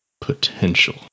potential